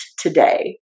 today